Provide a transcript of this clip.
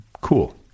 cool